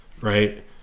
right